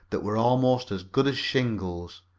that were almost as good as shingles.